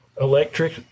electric